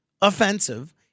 Offensive